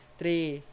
three